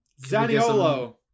Zaniolo